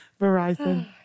Verizon